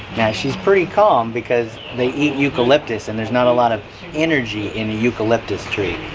she's pretty calm because they eat eucalyptus and there's not a lot of energy in a eucalyptus tree,